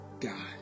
God